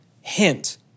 Hint